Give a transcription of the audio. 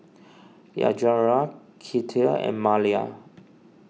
Yajaira Kinte and Malia